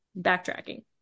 backtracking